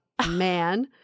man